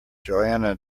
johanna